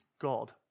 God